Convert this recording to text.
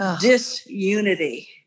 disunity